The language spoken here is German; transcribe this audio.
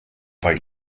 bei